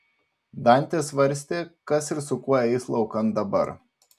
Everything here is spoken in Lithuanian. dantė svarstė kas ir su kuo eis laukan dabar